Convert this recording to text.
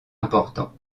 importants